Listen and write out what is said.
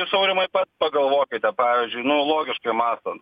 jūs aurimai pats pagalvokite pavyzdžiui nu logiškai mąstant